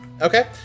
Okay